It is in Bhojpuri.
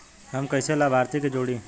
हम कइसे लाभार्थी के जोड़ी?